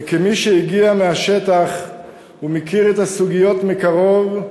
וכמי שהגיע מהשטח ומכיר את הסוגיות מקרוב,